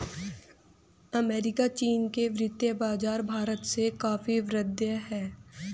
America चीन के वित्तीय बाज़ार भारत से काफी वृहद हैं